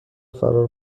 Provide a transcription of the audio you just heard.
فرار